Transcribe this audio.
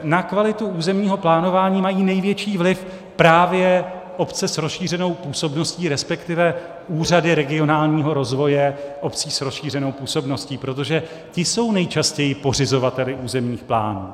Na kvalitu územního plánování mají největší vliv právě obce s rozšířenou působností, respektive úřady regionálního rozvoje obcí s rozšířenou působností, protože ty jsou nejčastěji pořizovateli územních plánů.